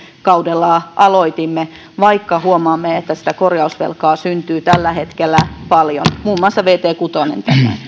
kaudella aloitimme vaikka huomaamme että sitä korjausvelkaa syntyy tällä hetkellä paljon muun muassa vt kuusi on